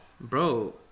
Bro